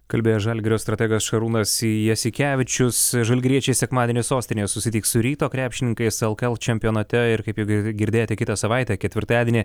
kalbėjo žalgirio strategas šarūnas jasikevičius žalgiriečiai sekmadienį sostinėje susitiks su ryto krepšininkais lkl čempionate ir kaip gali girdėti kitą savaitę ketvirtadienį